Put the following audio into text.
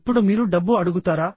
ఇప్పుడు మీరు డబ్బు అడుగుతారా